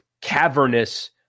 cavernous